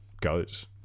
goes